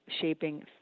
shaping